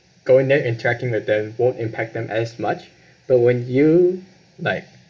going there interacting with them won't impact them as much but when you like